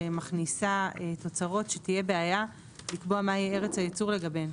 שמכניסה סוגי תוצרת שתהיה בעיה לקבוע מהי ארץ הייצור לגביהן.